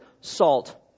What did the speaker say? salt